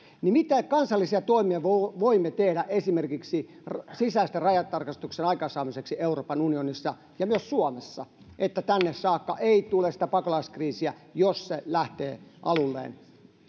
niin mitä kansallisia toimia voimme tehdä esimerkiksi sisäisten rajatarkastuksien aikaansaamiseksi euroopan unionissa ja myös suomessa että tänne saakka ei tule sitä pakolaiskriisiä jos se lähtee aluilleen